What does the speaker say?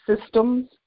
systems